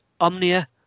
Omnia